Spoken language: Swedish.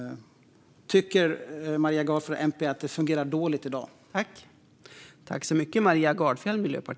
Tycker Maria Gardfjell och MP att det fungerar dåligt i dag?